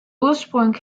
ursprung